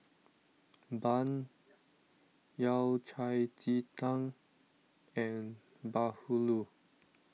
Bun Yao Cai Ji Tang and Bahulu